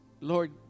Lord